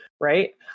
right